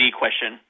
question